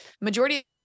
Majority